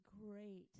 great